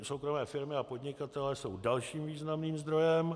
Soukromé firmy a podnikatelé jsou dalším významným zdrojem.